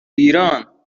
ایران